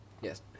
Yes